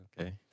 Okay